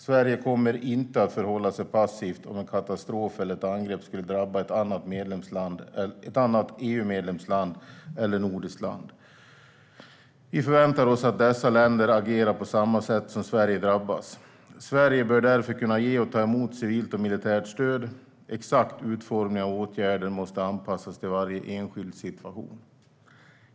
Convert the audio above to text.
Sverige kommer inte att förhålla sig passivt om en katastrof eller ett angrepp skulle drabba ett annat EU-medlemsland eller nordiskt land. Vi förväntar oss att dessa länder agerar på samma sätt om Sverige drabbas. Sverige bör därför kunna ge och ta emot civilt och militärt stöd. Exakt utformning av åtgärder måste anpassas till varje enskild situation.